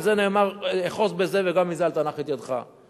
על זה נאמר "אחוז בזה וגם מזה אל תנח את ידך";